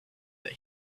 that